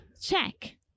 Check